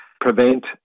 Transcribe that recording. prevent